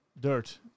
Dirt